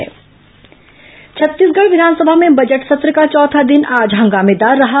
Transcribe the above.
विधानसभा समाचार छत्तीसगढ़ विधानसभा में बजट सत्र का चौथा दिन आज हंगामेदार रहा